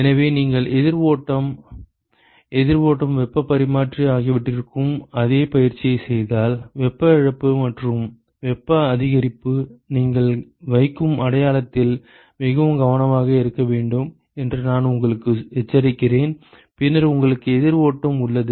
எனவே நீங்கள் எதிர் ஓட்டம் எதிர் ஓட்டம் வெப்பப் பரிமாற்றி ஆகியவற்றிற்கும் அதே பயிற்சியை செய்தால் வெப்ப இழப்பு மற்றும் வெப்ப அதிகரிப்புக்கு நீங்கள் வைக்கும் அடையாளத்தில் மிகவும் கவனமாக இருக்க வேண்டும் என்று நான் உங்களுக்கு எச்சரிக்கிறேன் பின்னர் உங்களுக்கு எதிர் ஓட்டம் உள்ளது